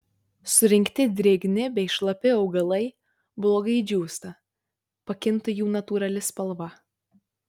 surinkti drėgni bei šlapi augalai blogai džiūsta pakinta jų natūrali spalva